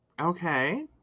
Okay